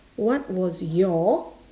what was your